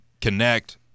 Connect